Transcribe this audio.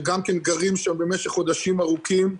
שגם כן גרים שם במשך חודשים ארוכים,